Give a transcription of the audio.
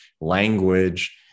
language